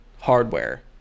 hardware